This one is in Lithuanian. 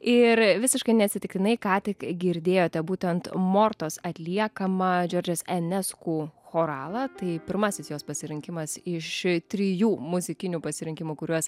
ir visiškai neatsitiktinai ką tik girdėjote būtent mortos atliekamą džiordžes enesku choralą tai pirmasis jos pasirinkimas iš trijų muzikinių pasirinkimų kuriuos